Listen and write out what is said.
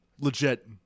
legit